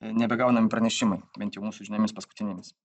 nebe gaunami pranešimai bent jau mūsų žiniomis paskutinėmis